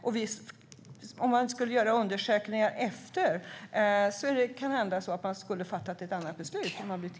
Om man skulle göra undersökningar efteråt är det kanhända så att man skulle ha fattat ett annat beslut.